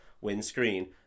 windscreen